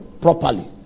properly